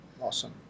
Awesome